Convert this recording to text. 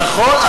נכון.